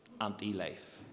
anti-life